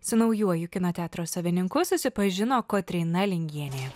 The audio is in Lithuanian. su naujuoju kino teatro savininku susipažino kotryna lingienė